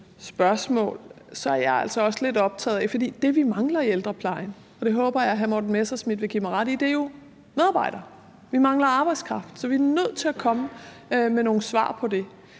spørgsmål er jeg altså også lidt optaget af det. For det, vi mangler i ældreplejen, og det håber jeg hr. Morten Messerschmidt vil give mig ret i, er jo medarbejdere. Vi mangler arbejdskraft, så vi er nødt til at komme med nogle svar på det.